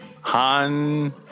Han